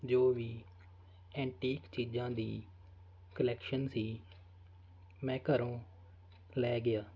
ਜੋ ਵੀ ਐਂਟੀਕ ਚੀਜ਼ਾਂ ਦੀ ਕਲੈਕਸ਼ਨ ਸੀ ਮੈਂ ਘਰੋਂ ਲੈ ਗਿਆ